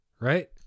right